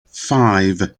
five